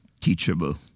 teachable